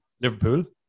Liverpool